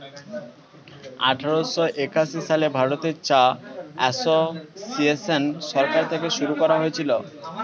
আঠারোশো একাশি সালে ভারতে চা এসোসিয়েসন সরকার থেকে শুরু করা হয়েছিল